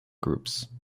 groups